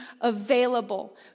available